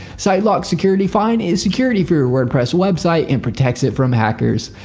sitelock security find is security for your wordpress website and protects it from hackers.